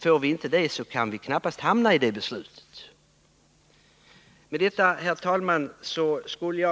Får vi inte det kan vi knappast fatta ett sådant beslut. Herr talman!